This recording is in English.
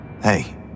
Hey